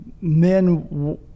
men